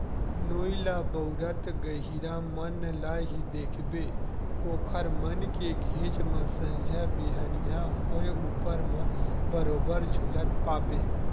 नोई ल बउरत गहिरा मन ल ही देखबे ओखर मन के घेंच म संझा बिहनियां होय ऊपर म बरोबर झुलत पाबे